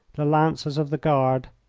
the lancers of the guard,